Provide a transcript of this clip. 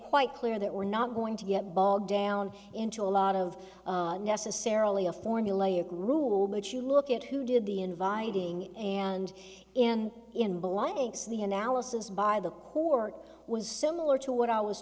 quite clear that we're not going to get bogged down into a lot of necessarily a formulaic rule but you look at who did the inviting and in blank's the analysis by the court was similar to what i was